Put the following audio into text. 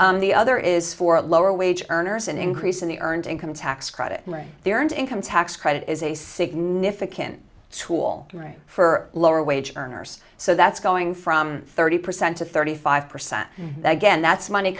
the other is for lower wage earners an increase in the earned income tax credit the earned income tax credit is a significant tool for lower wage earners so that's going from thirty percent to thirty five percent again that's money